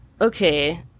okay